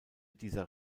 dieser